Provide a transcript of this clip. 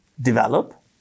develop